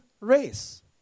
race